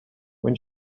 when